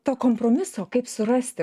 to kompromiso kaip surasti